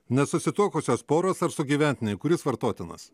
nesusituokusios poros ar sugyventiniai kuris vartotinas